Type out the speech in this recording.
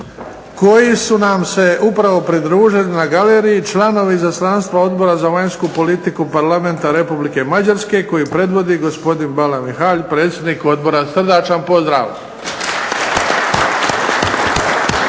koji su nam se upravo pridružili na galeriji. Članovi izaslanstva Odbora za vanjsku politiku parlamenta REpublike Mađarske koju predvodi gospodin Mihaly Ballae predsjednik Odbora. Srdačan pozdrav.